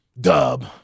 Dub